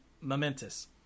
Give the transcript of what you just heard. momentous